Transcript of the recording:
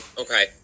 Okay